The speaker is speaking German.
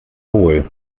wohl